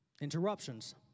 Interruptions